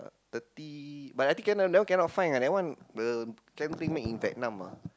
thirty but I think cannot that one cannot find ah that one the made in Vietnam ah